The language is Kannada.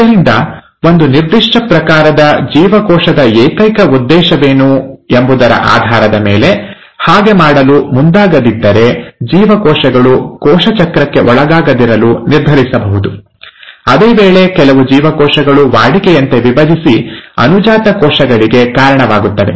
ಆದ್ದರಿಂದ ಒಂದು ನಿರ್ದಿಷ್ಟ ಪ್ರಕಾರದ ಜೀವಕೋಶದ ಏಕೈಕ ಉದ್ದೇಶವೇನು ಎಂಬುದರ ಆಧಾರದ ಮೇಲೆ ಹಾಗೆ ಮಾಡಲು ಮುಂದಾಗದಿದ್ದರೆ ಜೀವಕೋಶಗಳು ಕೋಶ ಚಕ್ರಕ್ಕೆ ಒಳಗಾಗದಿರಲು ನಿರ್ಧರಿಸಬಹುದು ಅದೇ ವೇಳೆ ಕೆಲವು ಜೀವಕೋಶಗಳು ವಾಡಿಕೆಯಂತೆ ವಿಭಜಿಸಿ ಅನುಜಾತ ಕೋಶಗಳಿಗೆ ಕಾರಣವಾಗುತ್ತವೆ